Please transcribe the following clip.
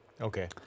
Okay